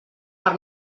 per